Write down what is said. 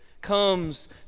comes